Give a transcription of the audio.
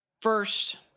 first